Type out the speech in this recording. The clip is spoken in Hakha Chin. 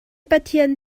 pathian